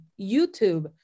YouTube